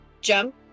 jump